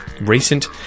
recent